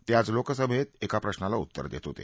ते आज लोकसभेत एका प्रश्नाला उत्तर देत होते